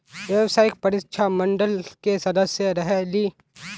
व्यावसायिक परीक्षा मंडल के सदस्य रहे ली?